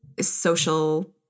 social